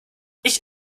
ich